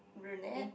brunette